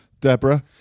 Deborah